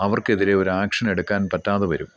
അവർക്ക് എതിരെ ഒരു ആക്ഷൻ എടുക്കാൻ പറ്റാതെ വരും